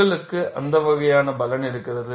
உங்களுக்கு அந்த வகையான பலன் இருக்கிறது